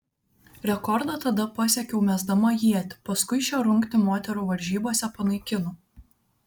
rekordą tada pasiekiau mesdama ietį paskui šią rungtį moterų varžybose panaikino